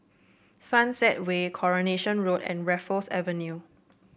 Sunset Way Coronation Road and Raffles Avenue